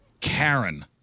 Karen